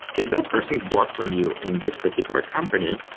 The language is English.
if that person bought from you in this particular company,